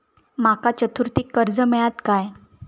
माका चतुर्थीक कर्ज मेळात काय?